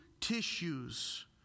tissues